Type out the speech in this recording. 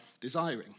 desiring